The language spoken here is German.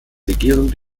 regierung